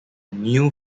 new